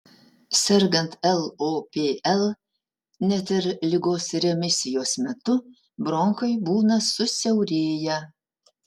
sergant lopl net ir ligos remisijos metu bronchai būna susiaurėję